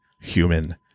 human